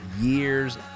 Year's